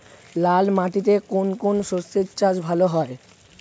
লাল মাটিতে কোন কোন শস্যের চাষ ভালো হয়?